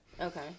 Okay